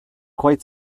quite